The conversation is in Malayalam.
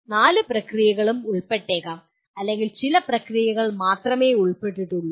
നാല് പ്രക്രിയകളും ഉൾപ്പെട്ടേക്കാം അല്ലെങ്കിൽ ചില പ്രക്രിയകൾ മാത്രമേ ഉൾപ്പെട്ടിട്ടുള്ളൂ